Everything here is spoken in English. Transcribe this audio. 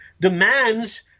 demands